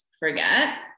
Forget